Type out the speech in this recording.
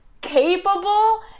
capable